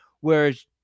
whereas